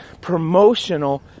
promotional